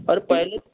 अरे पहले